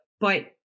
But-